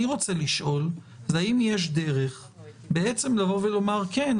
האם יש דרך בעצם לומר: כן,